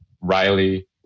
Riley